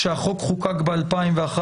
החוק חוקק ב-2011,